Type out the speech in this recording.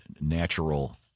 natural